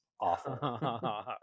awful